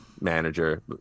manager